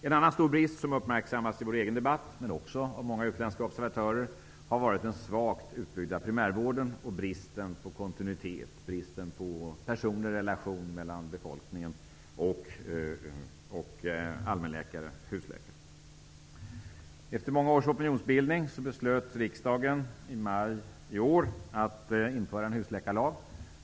En annan stor brist som har uppmärksammats i vår egen debatt, men också av många utländska observatörer, gäller den svagt utbyggda primärvården och bristen på kontinuitet och personliga relationer mellan befolkningen och allmänläkare/husläkare. Efter många års opinionsbildning beslöt riksdagen i maj i år att införa en husläkarlag.